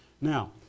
Now